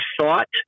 thought